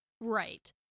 Right